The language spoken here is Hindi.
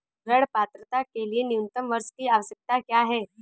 ऋण पात्रता के लिए न्यूनतम वर्ष की आवश्यकता क्या है?